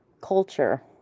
culture